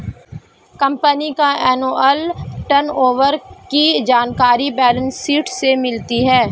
company का annual turnover की जानकारी बैलेंस शीट से मिलती है